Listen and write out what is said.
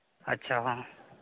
ᱟᱪᱪᱷᱟ ᱦᱮᱸ